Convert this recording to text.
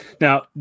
Now